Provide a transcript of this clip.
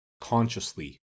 consciously